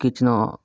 kitchen